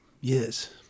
Yes